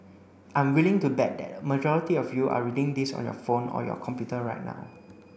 I'm willing to bet that a majority of you are reading this on your phone or your computer right now